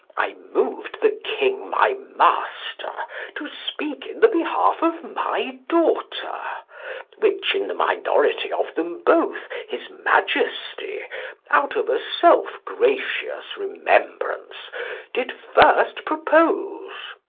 i moved the king my master to speak in the behalf of my daughter which, in the minority of them both, his majesty out of a self-gracious remembrance did first propose.